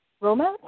romance